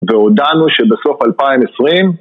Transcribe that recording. והודענו שבסוף 2020